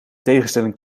tegenstelling